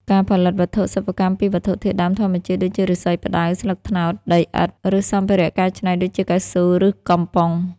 ការផលិតវត្ថុសិប្បកម្មពីវត្ថុធាតុដើមធម្មជាតិ ដូចជាឫស្សី ផ្តៅ ស្លឹកត្នោត ដីឥដ្ឋ ឬសម្ភារៈកែច្នៃដូចជាកៅស៊ូឫកំប៉ុង។